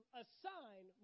assign